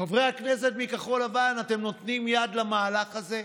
חברי הכנסת מכחול לבן, אתם נותנים יד למהלך הזה,